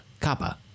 Kappa